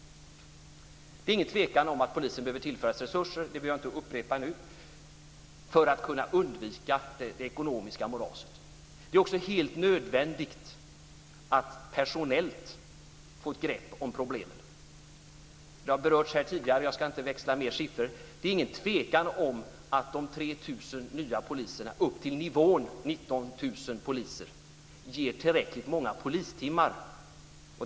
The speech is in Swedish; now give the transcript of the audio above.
Det är inget tvivel om och jag behöver inte nu upprepa att polisen behöver tillföras resurser för att kunna undvika det ekonomiska moraset. Det är också helt nödvändigt att personellt få ett grepp om problemen. Det har berörts här tidigare och jag ska inte redovisa fler siffror. Det är inget tvivel om att de 3 000 nya poliserna upp till nivån 19 000 poliser ger tillräckligt många polistimmar.